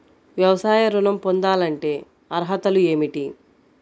వ్యవసాయ ఋణం పొందాలంటే అర్హతలు ఏమిటి?